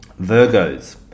Virgos